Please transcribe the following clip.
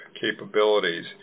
capabilities